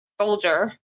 soldier